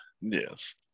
Yes